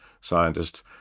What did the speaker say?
scientist